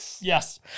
Yes